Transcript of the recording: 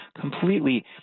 completely